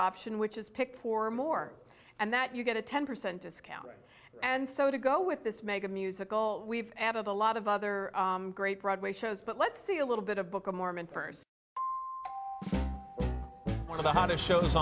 option which is picked for more and that you get a ten percent discount and so to go with this mega musical we've added a lot of other great broadway shows but let's see a little bit of book of mormon first one of